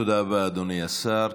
תודה רבה, אדוני השר.